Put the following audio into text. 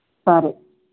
సరే